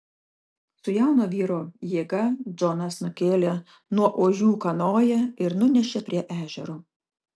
su jauno vyro jėga džonas nukėlė nuo ožių kanoją ir nunešė prie ežero